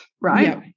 right